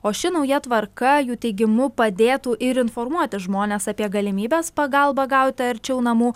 o ši nauja tvarka jų teigimu padėtų ir informuoti žmones apie galimybes pagalbą gauti arčiau namų